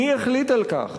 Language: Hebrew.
מי החליט על כך?